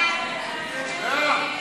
סעיף 1,